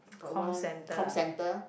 got one com center